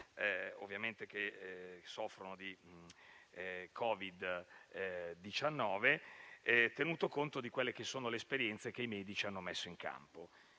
pazienti che soffrono di Covid-19, tenuto conto delle esperienze che i medici hanno messo in campo.